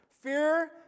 Fear